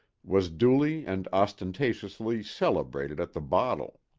was duly and ostentatiously celebrated at the bottle.